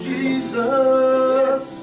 Jesus